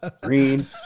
green